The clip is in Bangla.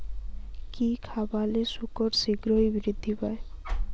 কি খাবালে শুকর শিঘ্রই বৃদ্ধি পায়?